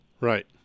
Right